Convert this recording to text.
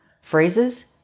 phrases